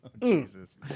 Jesus